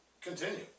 Continue